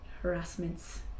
harassments